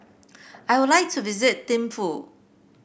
I would like to visit Thimphu